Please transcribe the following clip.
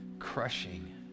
crushing